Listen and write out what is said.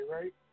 right